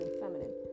feminine